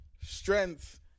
strength